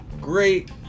great